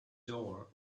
door